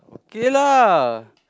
okay lah